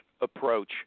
approach